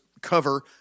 cover